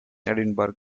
edinburgh